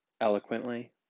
eloquently